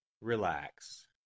Relax